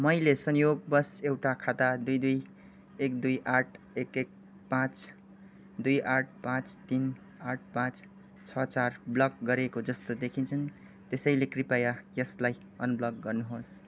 मैले संयोगवश एउटा खाता दुई दुई एक दुई आठ एक एक पाँच दुई आठ पाँच तिन आठ पाँच छ चार ब्लक गरेको जस्तो देखिन्छ त्यसैले कृपया यसलाई अनब्लक गर्नुहोस्